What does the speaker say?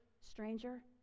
stranger